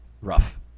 rough